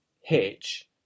Hitch